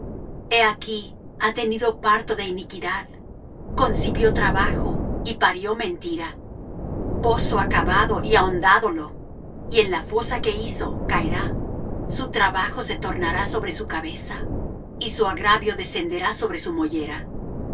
he aquí ha tenido parto de iniquidad concibió trabajo y parió mentira pozo ha cavado y ahondádolo y en la fosa que hizo caerá su trabajo se tornará sobre su cabeza y su agravio descenderá sobre su mollera